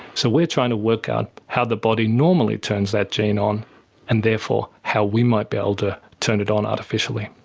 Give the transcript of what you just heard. so we are trying to work out how the body normally turns that gene on and therefore how we might be able to turn it on artificially.